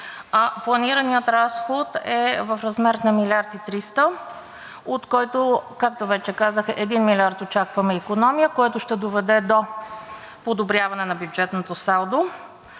планираният разход е в размер на 1 млрд. и 300, от които, както вече казах, 1 милиард очакваме икономия, което ще доведе до подобряване на бюджетното салдо,